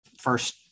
first